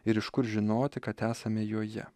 ir iš kur žinoti kad esame joje